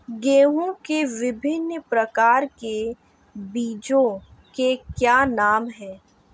गेहूँ के विभिन्न प्रकार के बीजों के क्या नाम हैं?